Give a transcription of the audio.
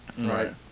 Right